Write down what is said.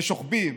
בשוכבי,